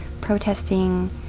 protesting